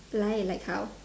lie like how